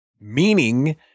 Meaning